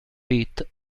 pete